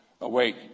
awake